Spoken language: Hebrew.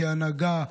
כהנהגה,